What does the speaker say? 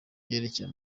yerekeye